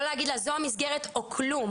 לא להגיד לה זאת המסגרת או כלום.